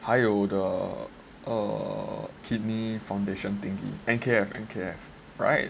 还有 the err kidney foundation thing N_K_F N_K_F right